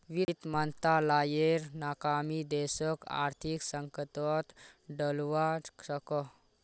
वित मंत्रालायेर नाकामी देशोक आर्थिक संकतोत डलवा सकोह